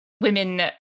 women